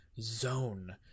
zone